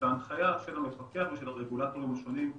ובהנחיה של המפקח ושל הרגולטורים השונים,